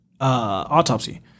autopsy